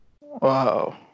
Wow